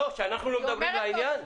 שאנחנו לא מדברים לעניין?